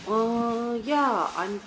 hmm ya I'm